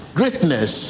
greatness